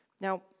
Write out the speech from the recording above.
Now